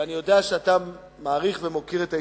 ואני יודע שאתה מעריך ומוקיר את ההתיישבות,